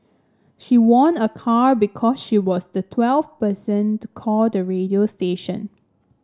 she won a car because she was the twelfth person to call the radio station